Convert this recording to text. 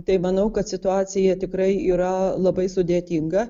tai manau kad situacija tikrai yra labai sudėtinga